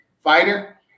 fighter